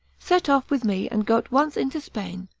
set off with me, and go at once into spain.